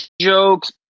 Jokes